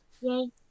Yay